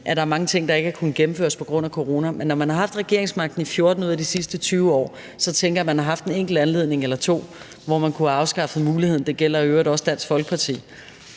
at der er mange ting, der ikke har kunnet gennemføres på grund af corona. Men når man har haft regeringsmagten i 14 ud af de sidste 20 år, så tænker jeg, at man har haft en enkelt anledning eller to, hvor man havde kunnet afskaffe muligheden – det gælder i øvrigt også Dansk Folkeparti